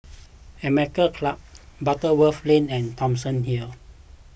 American Club Butterworth Lane and Thomson Hill